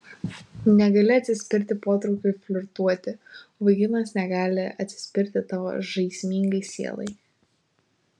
negali atsispirti potraukiui flirtuoti o vaikinas negali atsispirti tavo žaismingai sielai